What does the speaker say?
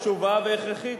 היא חשובה והכרחית.